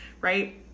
right